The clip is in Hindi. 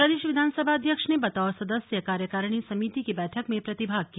प्रदेश विधानसभा अध्यक्ष ने बतौर सदस्य कार्यकारिणी समिति की बैठक में प्रतिभाग किया